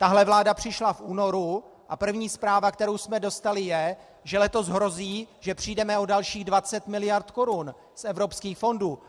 Tahle vláda přišla v únoru, a první zpráva, kterou jsme dostali, je, že letos hrozí, že přijdeme o dalších 20 mld. korun z evropských fondů.